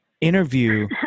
interview